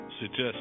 suggest